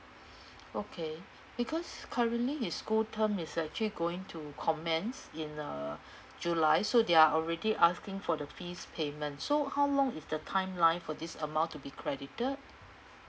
okay because currently his school term is actually going to commence in uh july so they're already asking for the fees payment so how long is the timeline for this amount to be credited